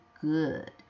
good